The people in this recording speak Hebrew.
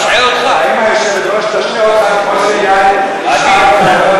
האם היושבת-ראש תשעה אותך כמו שיאיר השעה,